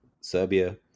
Serbia